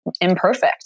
imperfect